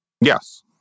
Yes